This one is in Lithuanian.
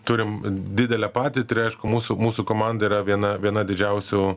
turim didelę patirtį ir aišku mūsų mūsų komanda yra viena viena didžiausių